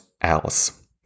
else